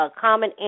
common